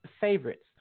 favorites